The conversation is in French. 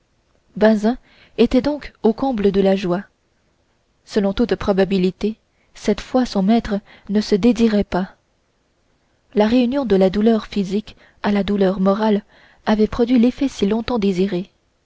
bazin était donc au comble de la joie selon toute probabilité cette fois son maître ne se dédirait pas la réunion de la douleur physique à la douleur morale avait produit l'effet si longtemps désiré